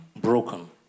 broken